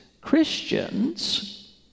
Christians